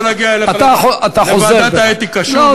לא רוצה להגיע אליך לוועדת האתיקה שוב ושוב.